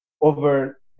over